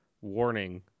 warning